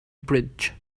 bridge